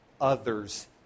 others